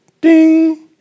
ding